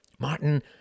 Martin